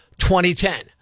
2010